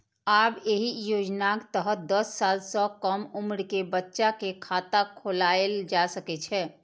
आब एहि योजनाक तहत दस साल सं कम उम्र के बच्चा के खाता खोलाएल जा सकै छै